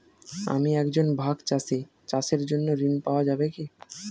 আমি একজন ভাগ চাষি চাষের জন্য ঋণ পাওয়া যাবে কি?